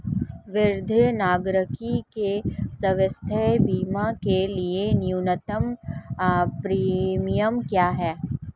वरिष्ठ नागरिकों के स्वास्थ्य बीमा के लिए न्यूनतम प्रीमियम क्या है?